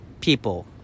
people